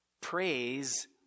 praise